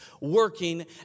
working